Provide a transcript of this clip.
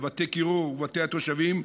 בבתי קירור ובבתי התושבים,